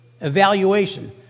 evaluation